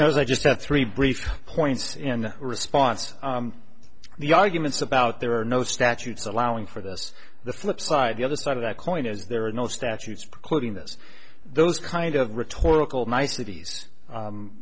they just have three brief points in response the arguments about there are no statutes allowing for this the flip side the other side of that coin is there are no statutes precluding this those kind of rhetorical niceties